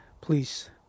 please